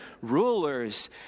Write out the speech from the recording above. rulers